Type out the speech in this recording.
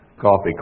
coffee